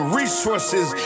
resources